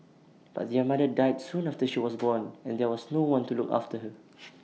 but their mother died soon after she was born and there was no one to look after her